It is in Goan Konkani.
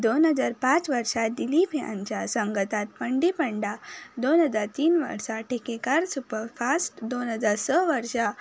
दोन हजार पांच वर्सा दिलीप हांच्या संगातान पंडिप्पडा दोन हजार तीन वर्सा ठेकेकारा सुपरफास्ट दोन हजार स वर्सा